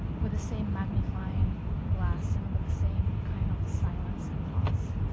with the same magnifying glass and with the same kind of silence and pause.